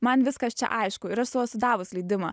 man viskas čia aišku ir aš sau esu davus leidimą